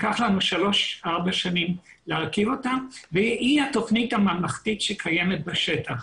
לקח לנו שלוש ארבע שנים להרכיב אותה והיא התוכנית הממלכתית שקיימת בשטח.